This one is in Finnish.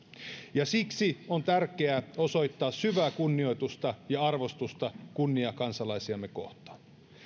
ja siksi on tärkeää osoittaa syvää kunnioitusta ja arvostusta kunniakansalaisiamme kohtaan